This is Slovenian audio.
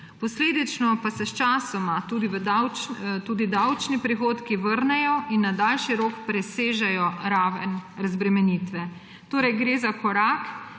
Posledično pa se sčasoma tudi davčni prihodki vrnejo in na daljši rok presežejo raven razbremenitve. Torej gre za korak,